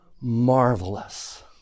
marvelous